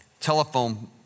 telephone